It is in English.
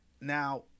Now